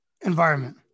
environment